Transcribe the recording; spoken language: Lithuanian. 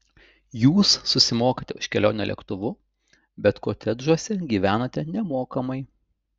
jūs susimokate už kelionę lėktuvu bet kotedžuose gyvenate nemokamai